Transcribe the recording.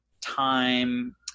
time